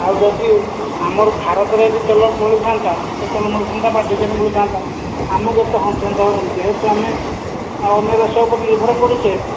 ଆଉ ଯଦି ଆମର ଭାରତରେ ତେଲ ମିଳୁଥାଆନ୍ତା ପେଟ୍ରୋଲ ମିଳୁଥାନ୍ତା ବା ଡିଜେଲ ମିଳୁଥାଆନ୍ତା ଆମକୁ ସାନ୍ତ୍ଵନା ହୋଇଥାନ୍ତା ଯେହେତୁ ଆମେ ଆଉ ଆମେ ଅନ୍ୟ ଦେଶ ଉପରେ ନିର୍ଭର କରୁଛେ